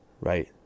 right